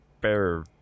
Bear